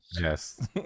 Yes